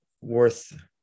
worth